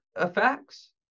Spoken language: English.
effects